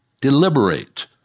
deliberate